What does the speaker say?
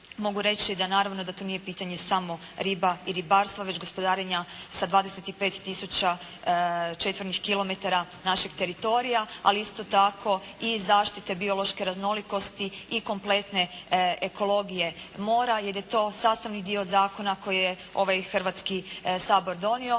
mogu reći da naravno to nije pitanje samo riba i ribarstva već gospodarenja sa 25 tisuća četvornih kilometara našeg teritorija, ali isto tako i zaštite biološke raznolikosti i kompletne ekologije mora jer je to sastavni dio zakona koji je ovaj Hrvatski sabor donio.